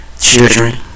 children